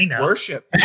worship